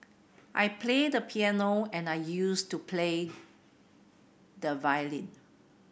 I play the piano and I used to play the violin